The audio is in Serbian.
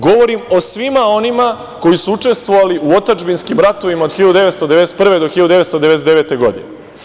Govorim o svima onima koji su učestvovali u otadžbinskim ratovima od 1991. do 1999. godine.